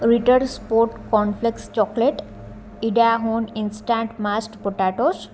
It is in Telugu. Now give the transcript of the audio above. రిటర్ sport cornflakes chocolate Idahoan instant mashed potatoes